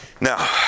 Now